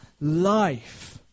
life